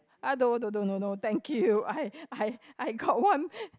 ah don't no no no no no thank you I I I got one